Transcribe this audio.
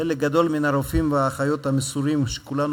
חלק גדול מן הרופאים והאחיות המסורים שכולנו